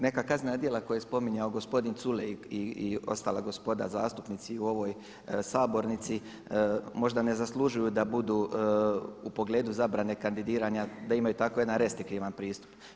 Neka kaznena djela koja je spominjao gospodin Culej i ostala gospoda zastupnici i u ovoj sabornici možda ne zaslužuju da budu u pogledu zabrane kandidiranja, da imaju tako jedan restriktivan pristup.